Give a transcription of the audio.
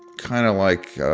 kind of like